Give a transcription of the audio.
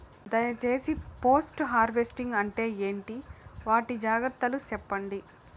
దయ సేసి post harvesting అంటే ఏంటి? వాటి జాగ్రత్తలు సెప్పండి?